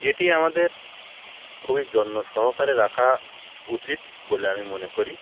এটি আমাদের খুবই যত্ন সহকারে রাখা উচিত বলে আমি মনে করি